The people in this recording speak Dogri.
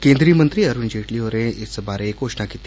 केन्द्री मंत्री अरूण जेटली होरें इस बारै घोषणा कीती